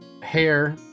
hair